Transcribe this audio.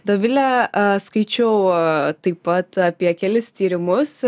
dovile skaičiau taip pat apie kelis tyrimus